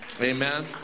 Amen